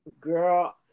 Girl